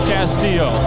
Castillo